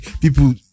People